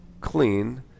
clean